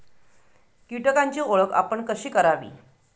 कीटकांची ओळख आपण कशी करावी?